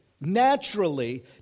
naturally